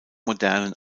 modernen